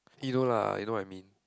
you know lah you know what I mean